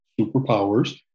superpowers